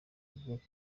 avuga